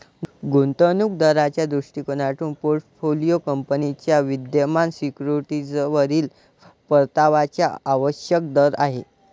गुंतवणूक दाराच्या दृष्टिकोनातून पोर्टफोलिओ कंपनीच्या विद्यमान सिक्युरिटीजवरील परताव्याचा आवश्यक दर आहे